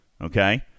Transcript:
okay